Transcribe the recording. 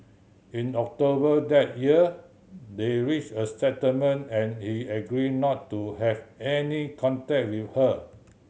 in October that year they reached a settlement and he agreed not to have any contact with her